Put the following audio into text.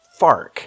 FARC